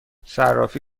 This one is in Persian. صرافی